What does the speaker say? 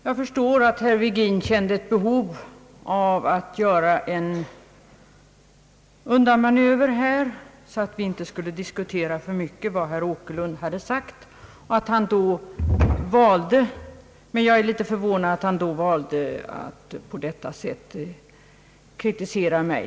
Jag förstår att herr Virgin kände ett behov av att göra en undanmanöver, så att vi inte skulle diskutera för mycket vad herr Åkerlund hade sagt, men jag är litet förvånad att han då valde att på detta sätt kritisera mig.